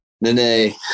Nene